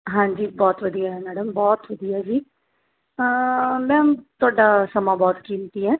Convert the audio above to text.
ਹਾਂਜੀ ਬਹੁਤ ਵਧੀਆ ਮੈਡਮ ਬਹੁਤ ਵਧੀਆ ਜੀ ਮੈਮ ਤੁਹਾਡਾ ਸਮਾਂ ਬਹੁਤ ਕੀਮਤੀ ਹੈ